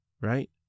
right